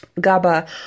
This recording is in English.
GABA